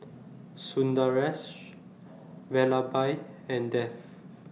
Sundaresh Vallabhbhai and Dev